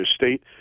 State